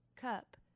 cup